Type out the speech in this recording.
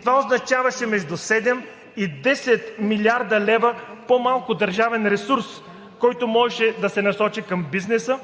Това означаваше между седем и 10 млрд. лв. по-малко държавен ресурс, който можеше да се насочи към бизнеса,